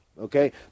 okay